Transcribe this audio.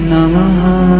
Namaha